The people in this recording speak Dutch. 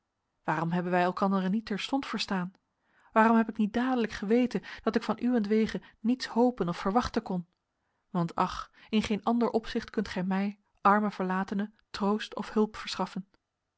waarom hebben wij elkanderen niet terstond verstaan waarom heb ik niet dadelijk geweten dat ik van uwentwege niets hopen of verwachten kon want ach in geen ander opzicht kunt gij mij arme verlatene troost of hulp verschaffen